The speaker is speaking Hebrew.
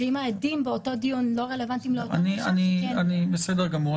שאם העדים באותו דיון לא רלוונטיים לאותו נאשם --- בסדר גמור.